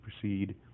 proceed